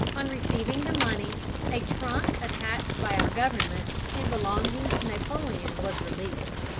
on receiving the money a trunk attached by our government and belonging to napoleon was released.